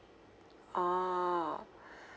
ah